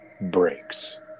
breaks